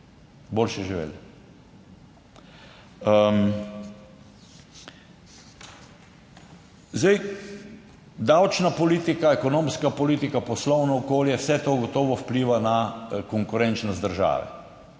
bolje živeli. In zdaj davčna politika, ekonomska politika, poslovno okolje, vse to gotovo vpliva na konkurenčnost države.